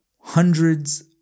hundreds